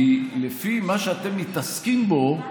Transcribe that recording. כי לפי מה שאתם מתעסקים בו,